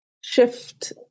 shift